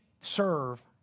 serve